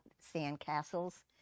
sandcastles